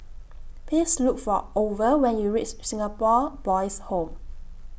Please Look For Orval when YOU REACH Singapore Boys' Home